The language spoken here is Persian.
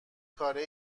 کاره